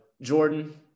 Jordan